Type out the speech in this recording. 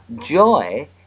Joy